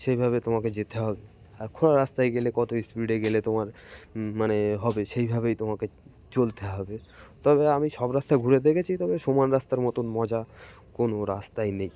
সেইভাবে তোমাকে যেতে হবে আর খোঁড়ার রাস্তায় গেলে কত স্পিডে গেলে তোমার মানে হবে সেইভাবেই তোমাকে চলতে হবে তবে আমি সব রাস্তায় ঘুরে দেখেছি তবে সমান রাস্তার মতন মজা কোনো রাস্তাই নেই